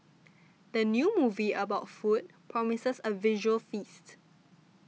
the new movie about food promises a visual feast